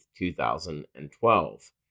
2012